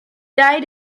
died